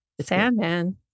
Sandman